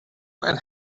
and